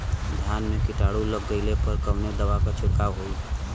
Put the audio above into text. धान में कीटाणु लग गईले पर कवने दवा क छिड़काव होई?